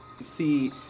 see